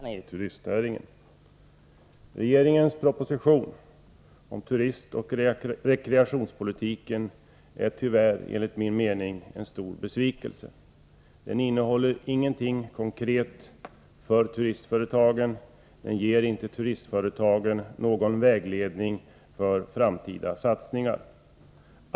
Herr talman! Under många år som handelskammarchef med Västernorrlands och Jämtlands län som arbetsområde har jag haft många anledningar att följa och engagera mig i turistnäringen. Regeringens proposition om turistoch rekreationspolitiken är tyvärr enligt min mening en stor besvikelse. Den innehåller ingenting konkret för turistföretagen, och den ger inte turistföretagen någon vägledning för framtida satsningar.